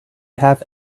have